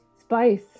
spice